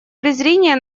презрения